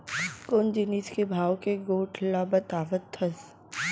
कोन जिनिस के भाव के गोठ ल बतावत हस?